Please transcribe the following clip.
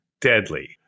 deadly